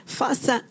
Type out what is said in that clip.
faça